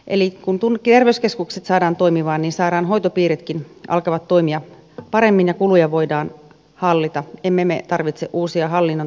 eli kun terveyskeskukset saadaan toimimaan niin sairaanhoitopiiritkin alkavat toimia paremmin ja kuluja voidaan hallita emme me tarvitse uusia hallinnon tasoja